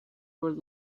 were